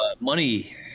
money